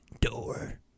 door